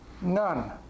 none